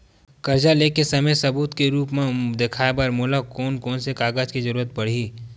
कर्जा ले के समय सबूत के रूप मा देखाय बर मोला कोन कोन से कागज के जरुरत पड़ही?